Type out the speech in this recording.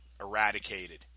eradicated